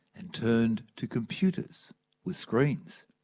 and turned to computers with screens.